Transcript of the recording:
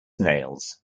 nails